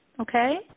Okay